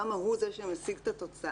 למה הוא זה שמשיג את התוצאה,